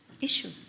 issue